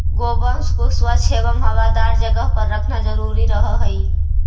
गोवंश को स्वच्छ एवं हवादार जगह पर रखना जरूरी रहअ हई